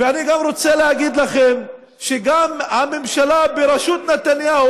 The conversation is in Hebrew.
ואני גם רוצה להגיד לכם שהממשלה בראשות נתניהו,